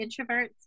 introverts